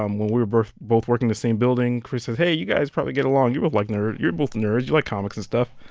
um when we were both working in the same building, chris says, hey, you guys probably get along. you're both, like, nerds you're both nerds. you like comics and stuff.